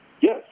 yes